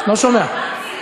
לא שומע.